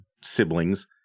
siblings